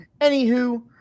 anywho